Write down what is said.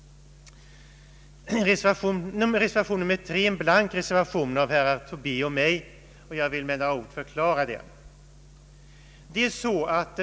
Reservationen III är en blank reservation av herrar Tobé och mig. Jag vill med några ord förklara den.